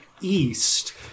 east